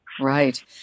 Right